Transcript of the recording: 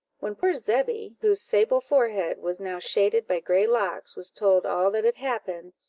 when poor zebby, whose sable forehead was now shaded by gray locks, was told all that had happened,